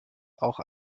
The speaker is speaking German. auch